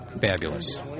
fabulous